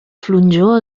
flonjor